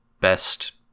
best